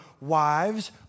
wives